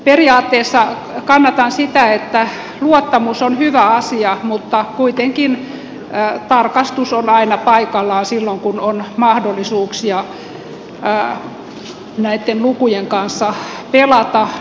periaatteessa kannatan sitä että luottamus on hyvä asia mutta kuitenkin tarkastus on aina paikallaan silloin kun on mahdollisuuksia näitten lukujen kanssa pelata